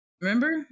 Remember